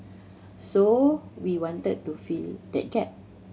so we wanted to fill that gap